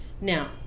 now